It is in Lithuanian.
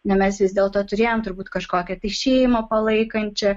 na mes vis dėlto turėjom turbūt kažkokią tai šeimą palaikančią